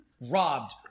Robbed